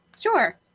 Sure